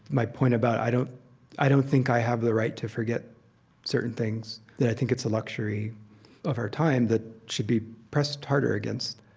my point about, i don't i don't think i have the right to forget certain things. that i think it's a luxury of our time that should be pressed harder against.